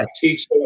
teach